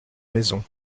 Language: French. maison